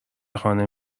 خانه